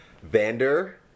Vander